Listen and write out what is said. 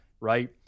right